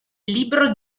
libro